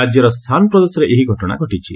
ରାଜ୍ୟର ସାନ୍ ପ୍ରଦେଶରେ ଏହି ଘଟଣା ଘଟିଛି